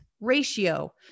ratio